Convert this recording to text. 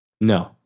No